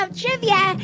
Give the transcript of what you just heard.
trivia